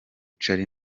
charly